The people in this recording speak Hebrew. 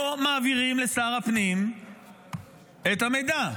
לא מעבירים לשר הפנים את המידע.